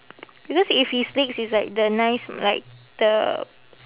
because if his legs is like the nice like the